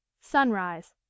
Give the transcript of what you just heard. sunrise